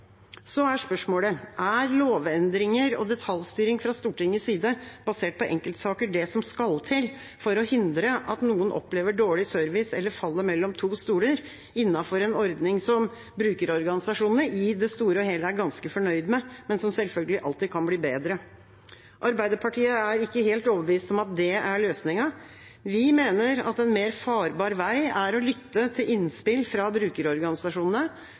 Så er spørsmålet: Er lovendringer og detaljstyring fra Stortingets side, basert på enkeltsaker, det som skal til for å hindre at noen opplever dårlig service eller faller mellom to stoler innenfor en ordning som brukerorganisasjonene i det store og hele er ganske fornøyd med, men som selvfølgelig alltid kan bli bedre? Arbeiderpartiet er ikke helt overbevist om at det er løsningen. Vi mener at en mer farbar vei er å lytte til innspill fra brukerorganisasjonene,